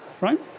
right